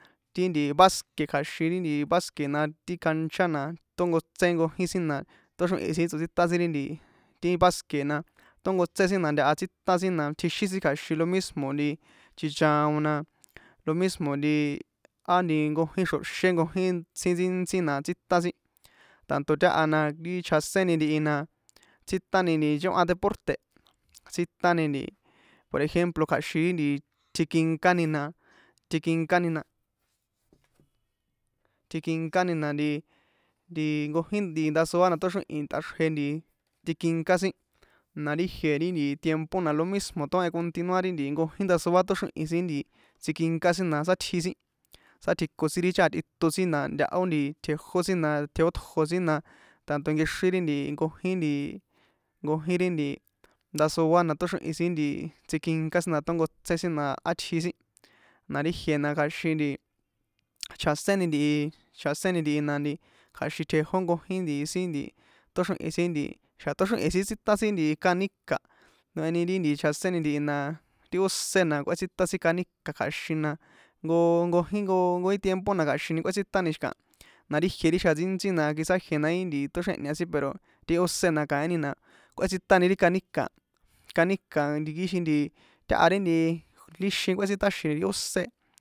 Ti nti basket kja̱xin ri nti basket na ti cancha na tónkotsé nkojín sin na tóxrihi̱n sin tsotsítan sin ri nti basket na tónkotsé sin na ntaha tsítan sin na tjixin sin kja̱xin lo mismo chichaon na lo ismo nti á nti nkojin xro̱xé nkojín sin ntsintsí na tsíta sin tanto táha na ri chjaséni ntihi na tsítani nchóhan deporte̱ tsítani ntipor ejemplo kja̱xin ri nti tjikinkáni na tjikinkáni na, tjikinkáni na nti nti nkojin ndasoa na tóxrihi̱n tꞌaxrje nti tikinká sin na ri ijie tiempo na lo mismo tóhen continuar nkojín ndasoa tóxrihi̱n tsikinká sin na sátji sin sátjiko sin ri chajan tꞌiton sin na ntaho nti tjejó sin na tjejótjo sin na tanto nkexrin ri nti nkojín nti nkojín ri nti ndasoa na tóxrihin sin tsikinká sin na tónkotsé sin na átji sin na ri ijiena kja̱xin nti chjaséni ntihi chjaséni ntihi na nti kja̱xin tjejó nkojín sin nti tóxrihi̱n sin nti xa tóxrihi̱n sin tsítan sin nti kanica̱ noheni noheni ri nti chjaséni ntihi na ti ósé na kꞌuétsitani sin kanika̱ kja̱xin na jnko jnkojin jnkojín tiempo na kja̱xini kꞌuétsitani xi̱kaha na ri jie ri xjan ntsíntsi na quizá ijie na í nti tóxrièhña sin pero ti ósé na kaíni na kꞌuétsitani ri kaníka̱ a kaníka̱ nti kixin nti táha ri nti líxin kꞌuétsitaxi̱n ósé.